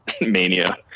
mania